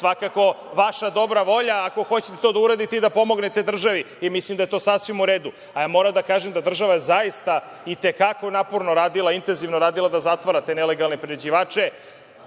svakako vaša dobra volja ako hoćete to da uradite i da pomognete državi. Mislim da je to sasvim u redu. Moram da kažem da je država zaista i te kako naporno radila, intenzivno radila da zatvara te nelegalne priređivače,